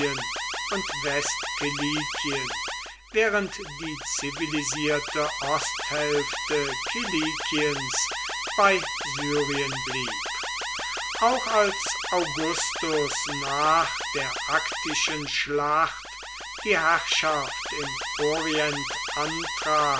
und westkilikien während die zivilisierte osthälfte kilikiens bei syrien blieb auch als augustus nach der aktischen schlacht die herrschaft im orient antrat